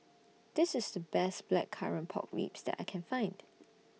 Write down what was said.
This IS The Best Blackcurrant Pork Ribs that I Can Find